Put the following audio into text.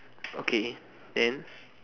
okay then